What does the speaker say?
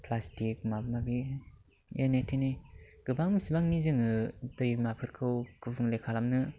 plastic माबा माबि एने थेने गोबां बिबांनि जोङो दैमाफोरखौ गुबुंले खालामनो